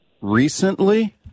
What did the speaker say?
recently